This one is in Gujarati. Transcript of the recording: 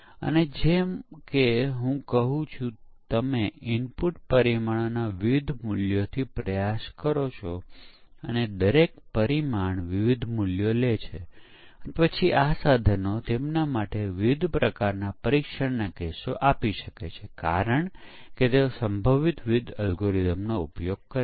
તેથી ડ્રાઇવર એ કોડ છે જે યુનિટને કોલ કરે છે તેને ડેટા પ્રદાન કરે છે અને સ્ટબ એ કોડ છે જેને એકમોને કોલ કરવાની જરૂર છે અને તેના પરિણામો મેળવવા માટે અન્ય એકમના પરિણામનો ઉપયોગ કરે છે